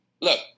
Look